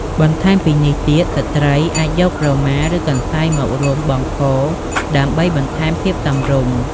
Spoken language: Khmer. បន្ថែមពីនេះទៀតស្ត្រីអាចយកក្រមា ឬកន្សែងមករុំបង់កដើម្បីបន្ថែមភាពសមរម្យ។